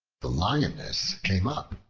the lioness came up,